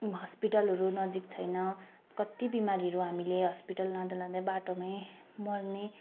हस्पिटलहरू नजिक छैन कति बिमारीहरू हामीले हस्पिटल लाँदा लाँदै बाटोमै मर्ने